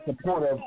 supportive